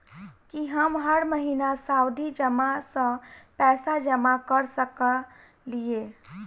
की हम हर महीना सावधि जमा सँ पैसा जमा करऽ सकलिये?